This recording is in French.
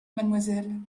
mademoiselle